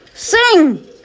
sing